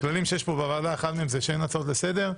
פה בוועדה, אחד מהם זה שאין הצעות לסדר.